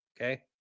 Okay